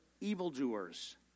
evildoers